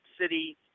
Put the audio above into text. City